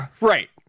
right